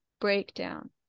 breakdown